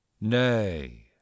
Nay